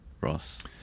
Ross